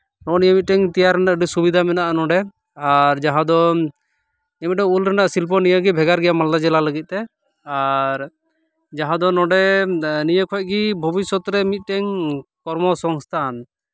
ᱱᱚᱜᱼᱚ ᱱᱤᱭᱟᱹ ᱢᱤᱫᱴᱟᱝ ᱛᱮᱭᱟᱨ ᱨᱮᱱᱟᱜ ᱟᱹᱰᱤ ᱥᱩᱵᱤᱫᱟ ᱢᱮᱱᱟᱜᱼᱟ ᱱᱚᱸᱰᱮ ᱟᱨ ᱡᱟᱦᱟᱸ ᱫᱚ ᱡᱮ ᱢᱤᱫᱴᱟᱝ ᱩᱞ ᱨᱮᱭᱟᱜ ᱥᱤᱞᱯᱚ ᱱᱤᱭᱟᱹᱜᱮ ᱵᱷᱮᱜᱟᱨ ᱜᱮᱭᱟ ᱢᱟᱞᱫᱟ ᱡᱮᱞᱟ ᱞᱟᱹᱜᱤᱫ ᱛᱮ ᱟᱨ ᱡᱟᱦᱟᱸ ᱫᱚ ᱱᱚᱸᱰᱮ ᱱᱤᱭᱟᱹ ᱠᱷᱚᱱ ᱜᱮ ᱵᱷᱚᱵᱤᱥᱥᱚᱛ ᱨᱮ ᱢᱤᱫᱴᱮᱱ ᱠᱚᱨᱢᱚ ᱥᱚᱝᱥᱛᱷᱟᱱ